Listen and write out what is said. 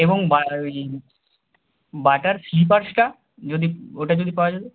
এবং ওই বাটার স্লিপারসটা যদি ওটা যদি পাওয়া যাবে